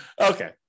Okay